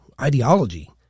ideology